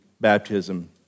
baptism